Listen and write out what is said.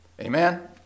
Amen